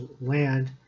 land